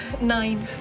nine